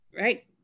right